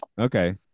Okay